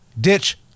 Ditch